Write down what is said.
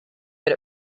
but